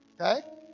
Okay